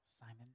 Simon